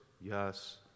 Yes